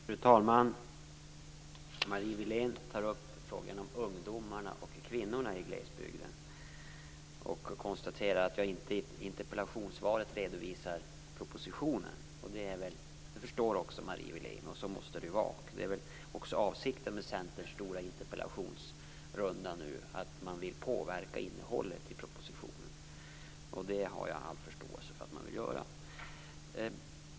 Fru talman! Marie Wilén tar upp frågan om ungdomarna och kvinnorna i glesbygden och konstaterar att jag inte i interpellationssvaret redovisar propositionen. Jag förstår Marie Wilén. Det är väl avsikten med Centerns stora interpellationsrunda att man vill påverka innehållet i propositionen. Det har jag all förståelse för att man vill göra.